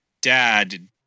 dad